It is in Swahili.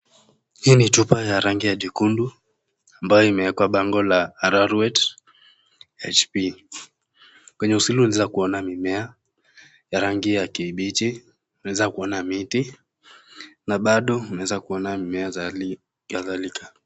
Hii ni chupa ya rangi ya jekundu ambayo imeekwa bango la Arorwet Hb. Mwenye asili unaeza kuona mimea ya rangi ya kibichi, unaeza kuona miti na bado unaeza kuona mimea za hali kadhalika.